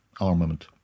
armament